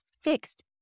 fixed